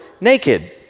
naked